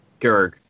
Gerg